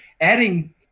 Adding